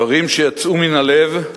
דברים שיצאו מן הלב,